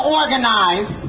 organize